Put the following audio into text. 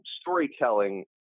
storytelling